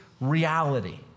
reality